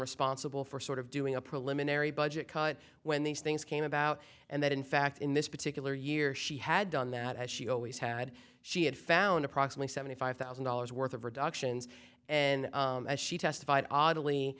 responsible for sort of doing a preliminary budget cut when these things came about and that in fact in this particular year she had done that as she always had she had found approximately seventy five thousand dollars worth of reductions and as she testified